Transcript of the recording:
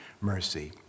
mercy